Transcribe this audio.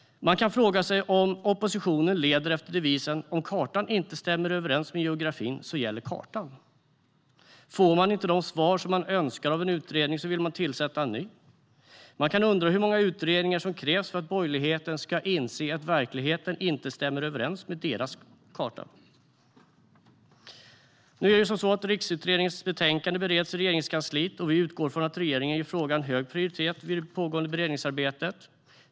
Man kan fråga sig om oppositionen lever efter devisen att om kartan inte stämmer överens med geografin gäller kartan. Får de inte de svar som de önskar av en utredning vill de tillsätta en ny. Man kan undra hur många utredningar som krävs för att borgerligheten ska inse att verkligheten inte stämmer överens med deras karta. Nu bereds Riksintresseutredningens betänkande i Regeringskansliet. Vi utgår från att regeringen ger frågan hög prioritet vid det pågående beredningsarbetet.